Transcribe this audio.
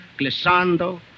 Glissando